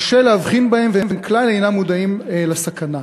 קשה להבחין בהם, והם כלל אינם מודעים לסכנה.